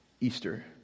Easter